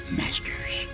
masters